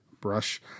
Brush